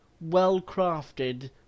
well-crafted